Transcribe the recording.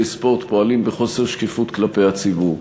ספורט פועלים בחוסר שקיפות כלפי הציבור.